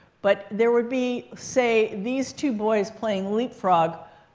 but there would be, say, these two boys playing leapfrog.